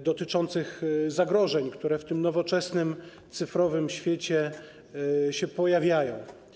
dotyczących zagrożeń, które w tym nowoczesnym cyfrowym świecie się pojawiają.